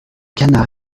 canard